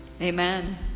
amen